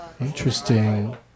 Interesting